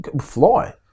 fly